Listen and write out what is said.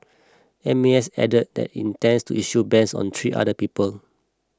M A S added that intends to issue bans on three other people